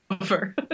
over